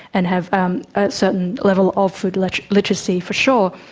and have um a certain level of food like literacy for sure.